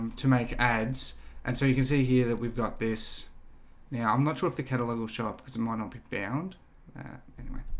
to make ads and so you can see here that we've got this now, i'm not sure of the cat a little shop because i'm on don't be bound anyway,